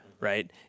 right